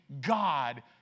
God